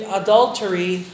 adultery